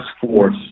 force